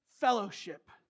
fellowship